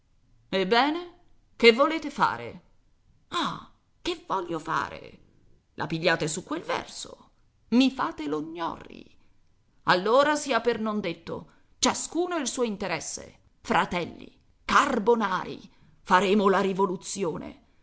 ebbene che volete fare ah che voglio fare la pigliate su quel verso i fate lo gnorri allora sia per non detto ciascuno il suo interesse fratelli carbonari faremo la rivoluzione